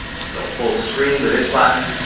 and go full screen with this button.